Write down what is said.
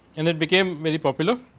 and that became very popular.